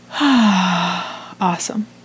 awesome